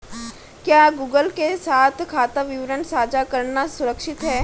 क्या गूगल के साथ खाता विवरण साझा करना सुरक्षित है?